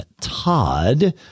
Todd